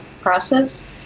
process